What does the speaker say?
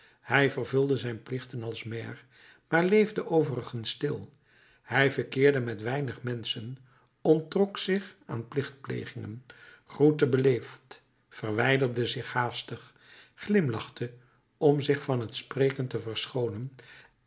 hij vervulde zijn plichten als maire maar leefde overigens stil hij verkeerde met weinig menschen onttrok zich aan plichtplegingen groette beleefd verwijderde zich haastig glimlachte om zich van t spreken te verschoonen